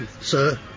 sir